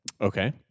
Okay